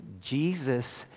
Jesus